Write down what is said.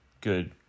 good